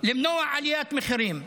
למנוע עליית מחירים.